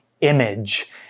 image